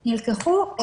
נלקחו.